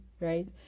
right